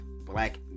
black